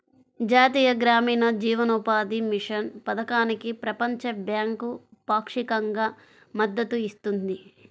జాతీయ గ్రామీణ జీవనోపాధి మిషన్ పథకానికి ప్రపంచ బ్యాంకు పాక్షికంగా మద్దతు ఇస్తుంది